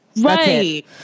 Right